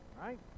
right